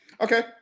Okay